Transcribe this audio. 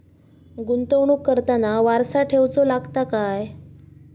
गुंतवणूक करताना वारसा ठेवचो लागता काय?